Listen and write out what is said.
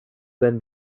then